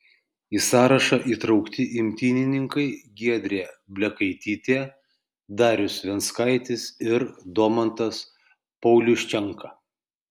į sąrašą įtraukti imtynininkai giedrė blekaitytė darius venckaitis ir domantas pauliuščenka